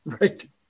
Right